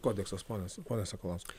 kodeksas ponas pone sakalauskas